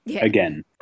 again